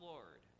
Lord